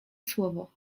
słowo